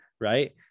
right